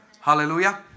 Hallelujah